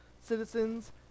citizens